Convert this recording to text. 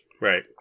Right